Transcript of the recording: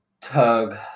tug